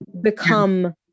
Become